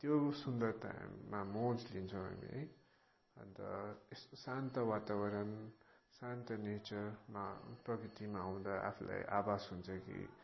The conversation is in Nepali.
त्यो सुन्दरतामा मौज लिन्छौँ हामी है अन्त यस्तो शान्त वातावरण शान्त नेचरमा प्रकृतिमा आउँदा आफूलाई आभास हुन्छ कि